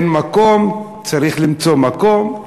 אין מקום, צריך למצוא מקום.